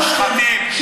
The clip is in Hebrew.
מושחתים.